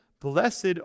Blessed